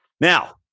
now